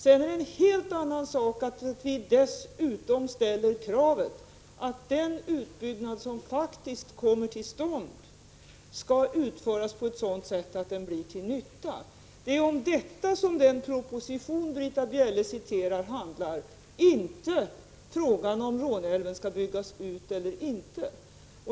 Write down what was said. Sedan är det en helt annan sak att vi dessutom ställer kravet att den utbyggnad som faktiskt kommer till stånd skall utföras på ett sådant sätt att den blir till nytta. Det är om detta som den proposition Britta Bjelle citerar handlar — inte om frågan om Råneälven skall byggas ut eller inte.